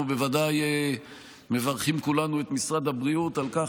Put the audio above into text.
אנחנו בוודאי מברכים כולנו את משרד הבריאות על כך,